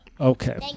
Okay